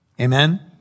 Amen